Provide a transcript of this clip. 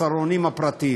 הצהרונים הפרטיים.